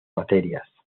materias